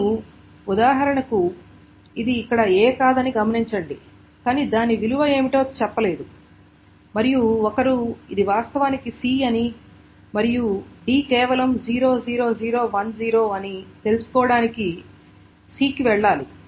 ఇప్పుడు ఉదాహరణకు ఇది ఇక్కడ A కాదని గమనించండి కానీ అది విలువ ఏమిటో చెప్పలేదు మరియు ఒకరు ఇది వాస్తవానికి C అని మరియు D కేవలం 00010 అని తెలుసుకోవడానికి C కి వెళ్ళాలి